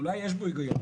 אולי יש פה היגיון.